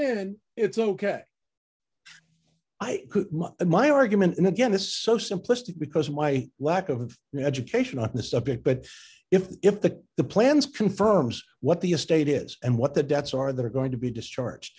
then it's ok in my argument and again it's so simplistic because my lack of education on the subject but if if the the plan's confirms what the estate is and what the debts are they're going to be discharge